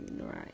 right